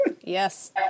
Yes